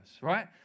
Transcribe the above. right